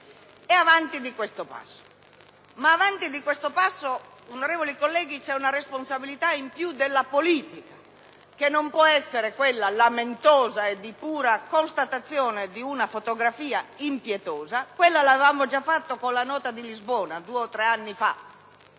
E avanti di questo passo. Ma procedendo di questo passo, onorevoli colleghi, c'è una responsabilità in più della politica, che non può essere quella lamentosa e di pura constatazione di una fotografia impietosa (quella l'avevamo già fatta con la Nota aggiuntiva di Lisbona